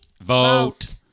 vote